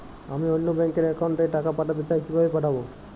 আমি অন্য ব্যাংক র অ্যাকাউন্ট এ টাকা পাঠাতে চাই কিভাবে পাঠাবো?